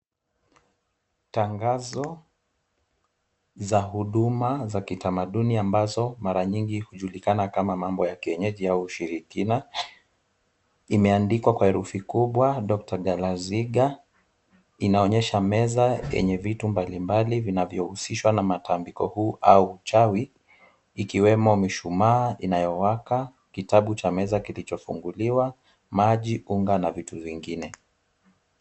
Tangazo za huduma za kitamaduni ambazo mara nyingi hujulikana kama mambo ya kienyeji au ushirikina, imeandikwa kwa herufi kubwa Doctor Galazinga, inaonyesha meza yenye vitu mbalimbali vinavyohusishwa na matambiko huu au uchawi, ikiwemo mishumaa inayowaka, kitabu cha meza kilichofunguliwa, maji, unga na vitu vingine.